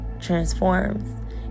transforms